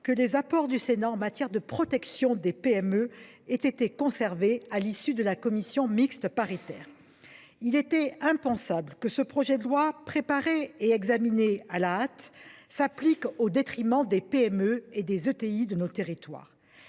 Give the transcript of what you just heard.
que les apports du Sénat en matière de protection des PME aient été conservés par la commission mixte paritaire. Il était impensable que ce projet de loi préparé et examiné à la hâte s’applique au détriment des PME et des ETI de nos territoires.